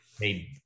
made